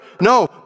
No